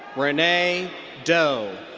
renee do.